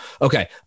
Okay